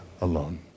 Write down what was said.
alone